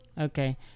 Okay